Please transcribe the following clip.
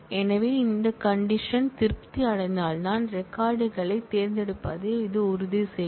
எனவே இந்த கண்டிஷன் திருப்தி அடைந்தால்தான் ரெக்கார்ட் களைத் தேர்ந்தெடுப்பதை இது உறுதி செய்யும்